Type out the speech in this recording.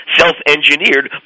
self-engineered